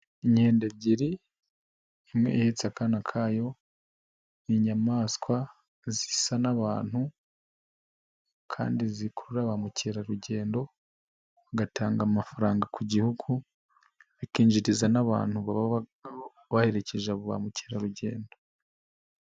Inyende ebyiri, imwe ihetse akana kayo, ni inyamaswa zisa n'abantu kandi zikurura ba mukerarugendo, bagatanga amafaranga ku gihugu, bikinjiriza n'abantu baba baherekeje abo ba mukerarugendo.